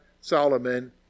Solomon